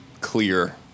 clear